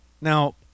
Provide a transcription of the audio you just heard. Now